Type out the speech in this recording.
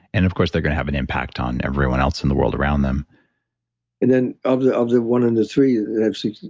and of course, they're going to have an impact on everyone else in the world around them then of the of the one in the three that i've seen,